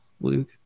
Luke